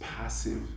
passive